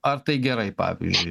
ar tai gerai pavyzdžiui